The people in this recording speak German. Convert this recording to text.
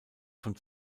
von